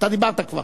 תודה רבה.